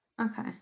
Okay